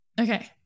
Okay